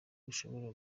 ushobora